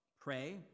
pray